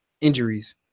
injuries